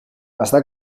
està